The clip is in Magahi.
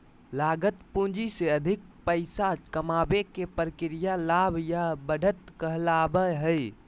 लागत पूंजी से अधिक पैसा कमाबे के प्रक्रिया लाभ या बढ़त कहलावय हय